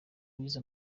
wize